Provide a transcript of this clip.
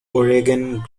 oregon